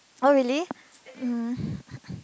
oh really um